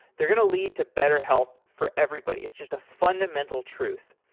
they're going to lead to better health for everybody. it's just a fundamental truth.